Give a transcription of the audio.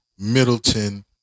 Middleton